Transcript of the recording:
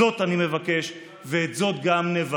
זאת אני מבקש, ואת זאת גם נבצע.